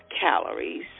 calories